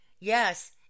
Yes